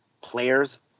players